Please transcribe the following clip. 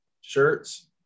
Shirts